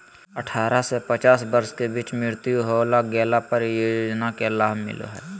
अठारह से पचास वर्ष के बीच मृत्यु हो गेला पर इ योजना के लाभ मिला हइ